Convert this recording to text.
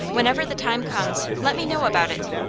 whenever the time comes, let me know about it.